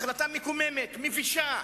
החלטה מקוממת, מבישה.